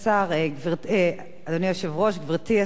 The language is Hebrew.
גברתי השרה,